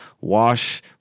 wash